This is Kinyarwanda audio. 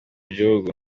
gihugu